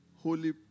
Holy